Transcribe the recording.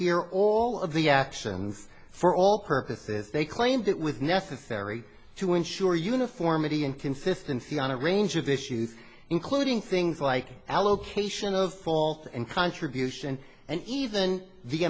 here all of the actions for all purposes they claimed it with necessary to ensure uniformity and consistency on a range of issues including things like allocation of fault and contribution and even the